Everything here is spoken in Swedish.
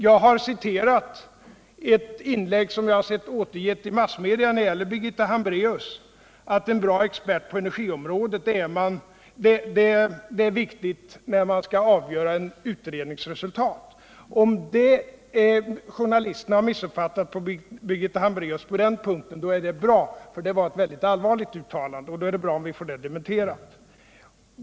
Jag har citerat ett inlägg av Birgitta Hambraeus som jag sett återgivet i massmedia: En bra expert på energiområdet är viktigt när man skall avgöra en utrednings resultat. Om journalisterna har missuppfattat Birgitta Hambraeus på den punkten är det bra, eftersom det var ett mycket allvarligt uttalande. Då är det bra att få det dementerat.